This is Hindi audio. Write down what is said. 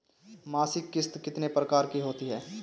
मासिक किश्त कितने प्रकार की होती है?